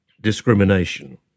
discrimination